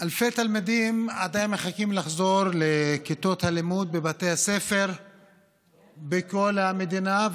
אלפי תלמידים עדיין מחכים לחזור לכיתות הלימוד בבתי הספר בכל המדינה,